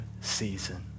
season